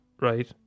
right